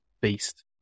beast